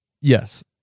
Yes